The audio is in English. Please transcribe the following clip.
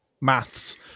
maths